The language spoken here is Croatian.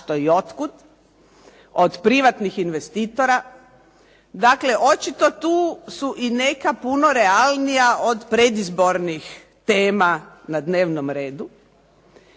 zašto ni od kuda od privatnih investitora. Dakle, očito tu su i neka puno realnija od predizbornih tema na dnevnom redu.